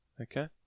Okay